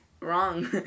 wrong